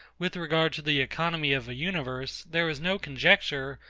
with regard to the economy of a universe, there is no conjecture,